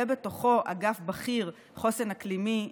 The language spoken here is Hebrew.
ובתוכו אגף בכיר חוסן אקלימי,